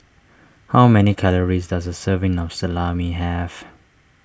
how many calories does a serving of Salami have